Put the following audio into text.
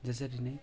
जसरी नै